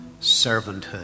servanthood